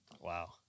Wow